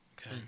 okay